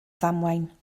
ddamwain